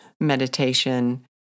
meditation